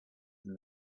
than